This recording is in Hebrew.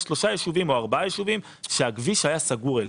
יש שלושה יישובים או ארבעה יישובים שהכביש אליהם היה סגור.